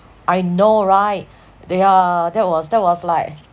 I know right they are that was that was like